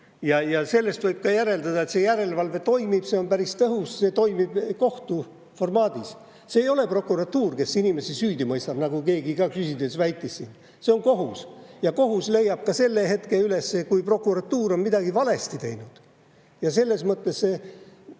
Sellest võib järeldada, et järelevalve toimib, see on päris tõhus, see toimib kohtu formaadis. See ei ole prokuratuur, kes inimesi süüdi mõistab, nagu keegi ka küsides siin väitis, vaid see on kohus. Ja kohus leiab üles ka selle hetke, kui prokuratuur on midagi valesti teinud. Selles mõttes minu